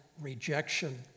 rejection